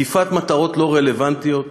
תקיפת מטרות לא רלוונטיות,